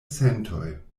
sentoj